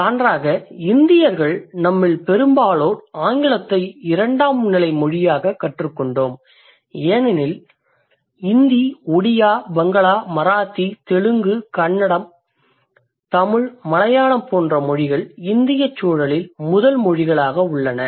சான்றாக இந்தியர்கள் நம்மில் பெரும்பாலோர் ஆங்கிலத்தை இரண்டாம்நிலை மொழியாகக் கற்றுக் கொண்டோம் ஏனென்றால் இந்தி ஒடியா பங்களா மராத்தி தெலுங்கு தமிழ் மலையாளம் போன்ற மொழிகள் இந்திய சூழலில் முதல் மொழிகளாக உள்ளன